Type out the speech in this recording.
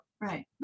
right